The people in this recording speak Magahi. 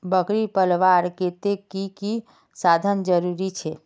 बकरी पलवार केते की की साधन जरूरी छे?